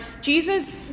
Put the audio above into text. Jesus